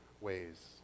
ways